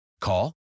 Call